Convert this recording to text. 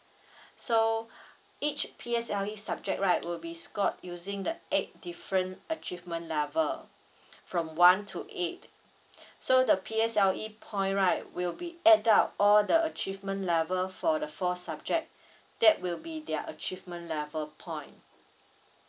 so each P_S_L_E subject right will be scored using the eight different achievement level from one to eight so the P_S_L_E point right will be add up all the achievement level for the four subject that will be their achievement level point